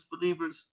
believers